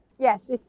Yes